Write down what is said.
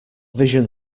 vision